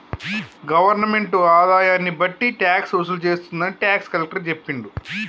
government ఆదాయాన్ని బట్టి tax వసూలు చేస్తుందని టాక్స్ కలెక్టర్ చెప్పిండు